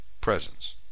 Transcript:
presence